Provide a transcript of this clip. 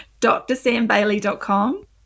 DrSamBailey.com